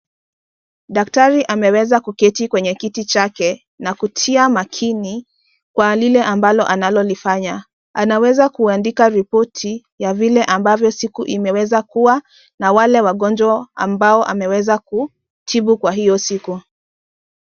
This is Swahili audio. Daktari ameweza kuketi kwenye kiti chake na kutia makini kwa lile ambalo analolifanya. Anaweza kuandika ripoti ya vile ambavyo siku imeweza kuwa na wale wagonjwa ambao ameweza kutibu kwa hiyo siku.